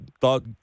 thought